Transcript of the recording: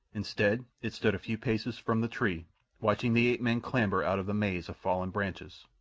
instead, it stood a few paces from the tree watching the ape-man clamber out of the maze of fallen branches.